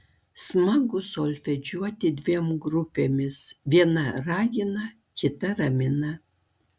smagu solfedžiuoti dviem grupėmis viena ragina kita ramina